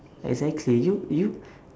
exactly you you